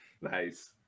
Nice